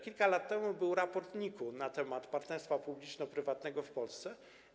Kilka lat temu powstał raport NIK-u na temat partnerstwa publiczno-prywatnego w Polsce.